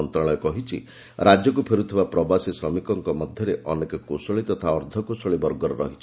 ମନ୍ତ୍ରଣାଳୟ କହିଛି ରାଜ୍ୟକୁ ଫେରୁଥିବା ପ୍ରବାସୀ ଶ୍ରମିକମାନଙ୍କ ମଧ୍ୟରେ ଅନେକ କୁଶଳୀ ତଥା ଅର୍ଦ୍ଧକୁଶଳୀ ବର୍ଗର ରହିଛନ୍ତି